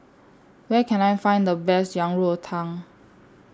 Where Can I Find The Best Yang Rou Tang